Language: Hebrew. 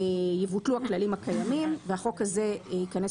יבוטלו הכללים הקיימים והחוק הזה יכנס